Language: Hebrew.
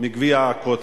מגביע ה"קוטג'".